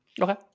Okay